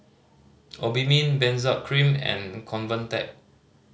Obimin Benzac Cream and Convatec